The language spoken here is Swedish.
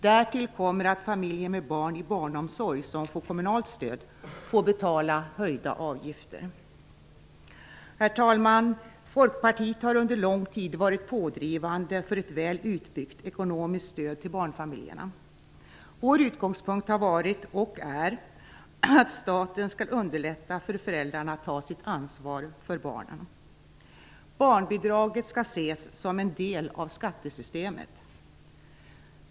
Därtill kommer att familjer med barn i barnomsorg - som får kommunalt stöd - får betala höjda avgifter. Herr talman! Folkpartiet har under lång tid varit pådrivande för ett väl utbyggt ekonomiskt stöd till barnfamiljerna. Vår utgångspunkt har varit, och är, att staten skall underlätta för föräldrarna att ta sitt ansvar för barnen. Barnbidraget skall ses som en del av skattesystemet.